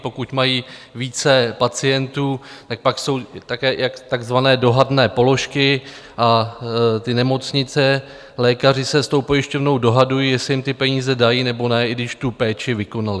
Pokud mají více pacientů, tak pak jsou také takzvané dohadné položky a ty nemocnice, lékaři se s tou pojišťovnou dohadují, jestli jim ty peníze dají, nebo ne, i když tu péči vykonali.